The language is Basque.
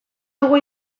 dugu